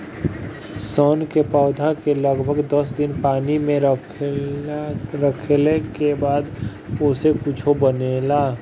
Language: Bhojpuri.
सन के पौधा के लगभग दस दिन पानी में रखले के बाद ओसे कुछू बनेला